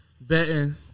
Betting